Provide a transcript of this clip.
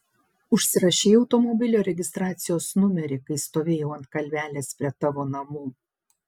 užsirašei automobilio registracijos numerį kai stovėjau ant kalvelės prie tavo namų